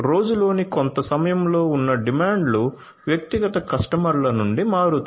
రోజులోని కొంత సమయం లో ఉన్న డిమాండ్లు వ్యక్తిగత కస్టమర్ల నుండి మారతాయి